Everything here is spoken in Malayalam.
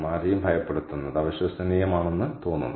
ആരെയും ഭയപ്പെടുത്തുന്നത് അവിശ്വസനീയമാണെന്ന് തോന്നുന്നു